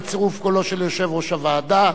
בצירוף קולו של יושב-ראש הוועדה,